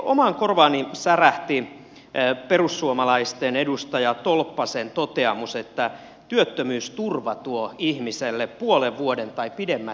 omaan korvaani särähti perussuomalaisten edustaja tolppasen toteamus että työttömyysturva tuo ihmiselle puolen vuoden tai pidemmätkin kissanpäivät